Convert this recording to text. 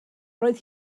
roedd